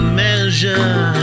measure